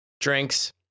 Drinks